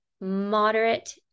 moderate